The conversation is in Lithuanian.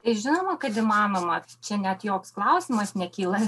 žinoma kad įmanoma čia net joks klausimas nekyla